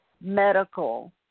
Medical